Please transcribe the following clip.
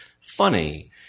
funny